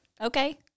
Okay